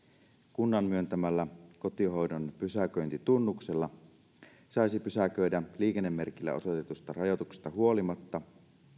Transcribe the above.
kunnan myöntämällä kotihoidon pysäköintitunnuksella saisi pysäköidä liikennemerkillä osoitetusta rajoituksesta huolimatta